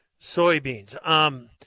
soybeans